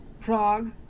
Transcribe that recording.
Prague